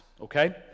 okay